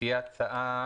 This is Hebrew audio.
לפי ההצעה,